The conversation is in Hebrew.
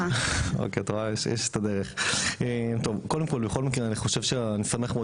קודם כל בכל מקרה אני חושב שאני שמח מאוד